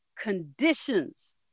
conditions